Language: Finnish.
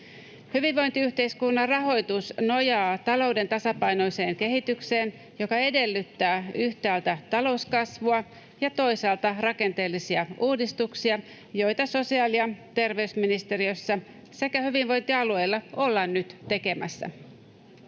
Hyvinvointiyhteiskunnan rahoitus nojaa talouden tasapainoiseen kehitykseen, joka edellyttää yhtäältä talouskasvua ja toisaalta rakenteellisia uudistuksia, joita sosiaali- ja terveysministeriössä sekä hyvinvointialueilla ollaan nyt tekemässä.